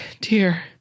dear